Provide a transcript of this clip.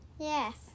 Yes